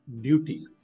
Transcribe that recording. duty